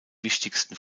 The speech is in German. wichtigsten